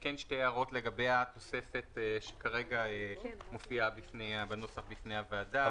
יש לי כן שתי הערות לגבי התוספת שכרגע מופיעה בנוסח בפני הוועדה.